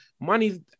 money